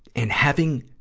and having